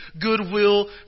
goodwill